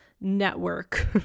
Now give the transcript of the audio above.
network